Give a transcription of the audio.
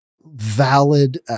valid